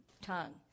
tongue